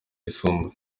yisumbuye